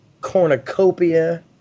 cornucopia